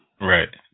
Right